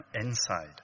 inside